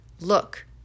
Look